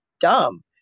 dumb